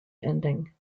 ending